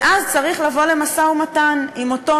ואז צריך לבוא למשא-ומתן עם אותו,